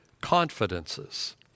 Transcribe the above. confidences